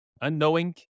unknowing